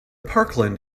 parkland